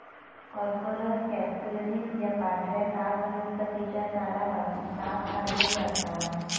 Corchorus capsularis या पांढऱ्या ताग वनस्पतीच्या सालापासून ताग काढलो जाता